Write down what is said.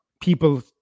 people